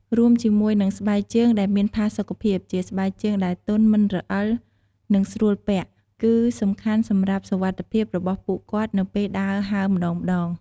រួមជាមួយនឹង ស្បែកជើងដែលមានផាសុកភាព ជាស្បែកជើងដែលទន់ មិនរអិល និងស្រួលពាក់ គឺសំខាន់សម្រាប់សុវត្ថិភាពរបស់ពួកគាត់នៅពេលដើរហើរម្តងៗ។